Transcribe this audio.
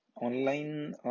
online